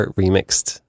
remixed